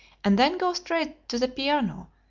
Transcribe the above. and then go straight to the piano,